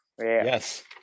Yes